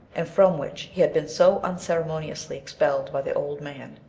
and from which he had been so unceremoniously expelled by the old man.